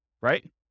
right